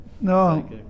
No